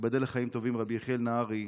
ייבדל לחיים טובים, רבי יחיאל נהרי: